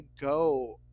go